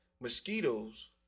Mosquitoes